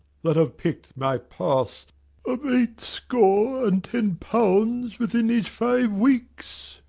that have pick'd my purse of eight score and ten pounds within these five weeks,